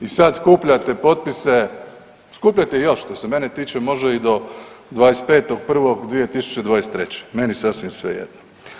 I sad skupljate potpise, skupljajte ih još što se mene tiče i do 25.1.2023. meni sasvim svejedno.